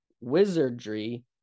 wizardry